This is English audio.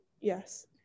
Yes